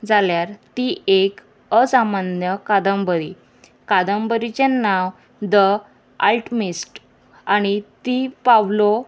जाल्यार ती एक असामन्य कादंबरी कादंबरीचें नांव द आल्टमिस्ट आनी ती पावलो